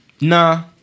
Nah